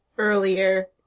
earlier